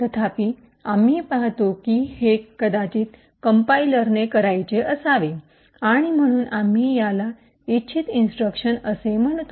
तथापि आम्ही पाहतो की हे कदाचित कंपाईलरने करायचे असावे आणि म्हणून आम्ही याला इच्छित इंस्ट्रक्शन असे म्हणतो